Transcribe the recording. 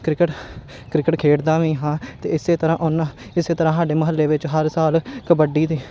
cricket cricket ਖੇਡਦਾ ਵੀ ਹਾਂ ਤੇ ਇਸੇ ਤਰ੍ਹਾਂ ਉਹਨਾਂ ਇਸੇ ਤਰ੍ਹਾਂ ਸਾਡੇ ਮੁਹੱਲੇ ਵਿੱਚ ਹਰ ਸਾਲ ਕਬੱਡੀ